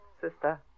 Sister